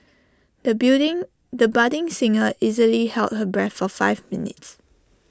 the building the budding singer easily held her breath for five minutes